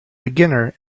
beginner